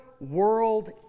world